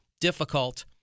difficult